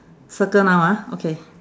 circle now ah okay